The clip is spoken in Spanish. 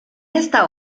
esta